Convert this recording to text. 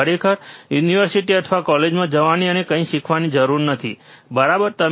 તમારે ખરેખર યુનિવર્સિટી અથવા કોલેજમાં જવાની અને કંઈક શીખવાની જરૂર નથી બરાબર